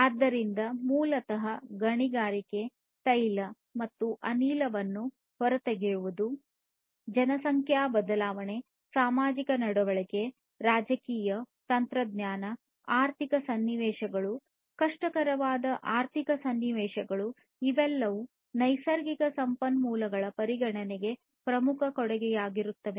ಆದ್ದರಿಂದ ಮೂಲತಃ ಗಣಿಗಾರಿಕೆ ತೈಲ ಮತ್ತು ಅನಿಲವನ್ನು ಹೊರತೆಗೆಯುವುದು ಜನಸಂಖ್ಯಾ ಬದಲಾವಣೆಗಳು ಸಾಮಾಜಿಕ ನಡವಳಿಕೆ ರಾಜಕೀಯ ತಂತ್ರಜ್ಞಾನ ಆರ್ಥಿಕ ಸನ್ನಿವೇಶಗಳು ಕಷ್ಟಕರವಾದ ಆರ್ಥಿಕ ಸನ್ನಿವೇಶಗಳು ಇವೆಲ್ಲವೂ ನೈಸರ್ಗಿಕ ಸಂಪನ್ಮೂಲಗಳ ಪರಿಗಣನೆಗೆ ಪ್ರಮುಖ ಕೊಡುಗೆಗಳಾಗಿವೆ